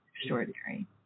extraordinary